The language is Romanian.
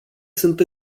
sunt